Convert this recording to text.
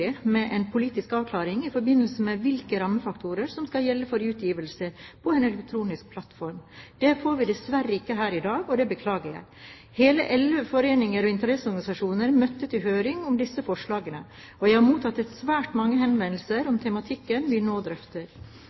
med en politisk avklaring i forbindelse med hvilke rammefaktorer som skal gjelde for utgivelser på en elektronisk plattform. Det får vi dessverre ikke her i dag, og det beklager jeg. Hele elleve foreninger og interesseorganisasjoner møtte til høring om disse forslagene, og jeg har mottatt svært mange henvendelser om tematikken vi nå drøfter.